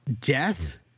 Death